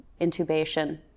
intubation